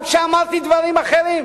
גם כשאמרתי דברים אחרים,